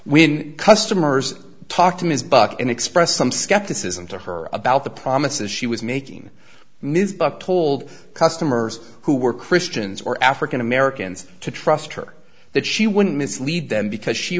when customers talk to ms buck and expressed some skepticism to her about the promises she was making ms buck told customers who were christians or african americans to trust her that she wouldn't mislead them because she